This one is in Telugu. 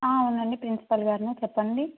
అవునండి ప్రిన్సిపల్ గారినే చెప్పండి